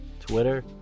Twitter